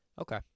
Okay